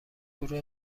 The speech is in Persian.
گروه